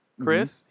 Chris